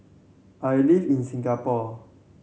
I live in Singapore